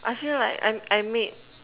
I feel like I I make